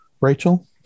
Rachel